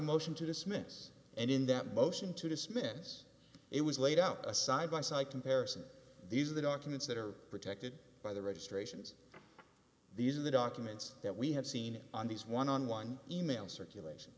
a motion to dismiss and in that motion to dismiss it was laid out a side by side comparison these are the documents that are protected by the registrations these are the documents that we have seen on these one on one e mail circulation